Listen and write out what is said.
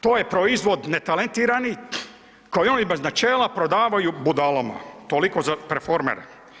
To je proizvod netalentiranih koji oni bez načela prodavaju budalama, toliko za preformere.